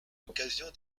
l’occasion